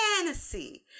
fantasy